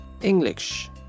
English